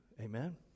Amen